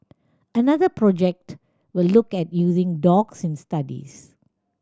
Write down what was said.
another project will look at using dogs in studies